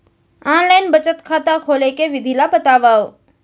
Online बचत खाता खोले के विधि ला बतावव?